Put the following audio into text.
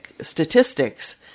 statistics